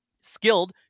skilled